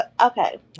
okay